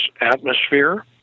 atmosphere